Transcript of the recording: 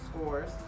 scores